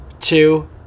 two